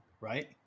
Right